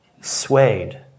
swayed